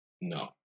no